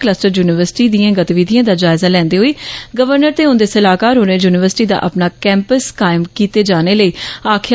cluster university दिए गतिविधिए दा जायजा लैंदे होई गवर्नर ते उंदे सलाहकार होरें यूनिवर्सिटी दा अपना कैंपस कायम कीते जाने लेई आखेआ